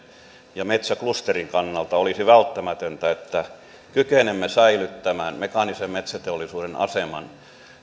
ja metsäklusterin kannalta olisi välttämätöntä että kykenemme säilyttämään mekaanisen metsäteollisuuden aseman